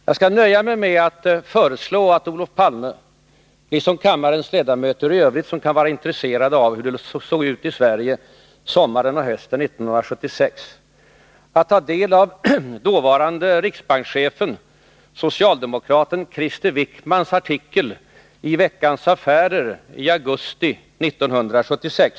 Jag skall därför nöja mig med att föreslå att Olof Palme, liksom de kammarens ledamöter i övrigt som kan vara intresserade av hur det såg ut i Sverige sommaren och hösten 1976, tar del av dåvarande riksbankschefen och socialdemokraten Krister Wickmans artikel i Veckans Affärer i augusti 1976.